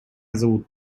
зовут